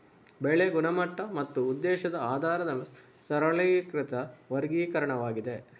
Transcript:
ಬೆಳೆ ಗುಣಮಟ್ಟ ಮತ್ತು ಉದ್ದೇಶದ ಆಧಾರದ ಮೇಲೆ ಸರಳೀಕೃತ ವರ್ಗೀಕರಣವಾಗಿದೆ